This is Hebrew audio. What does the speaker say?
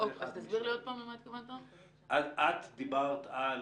את דיברת על